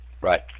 Right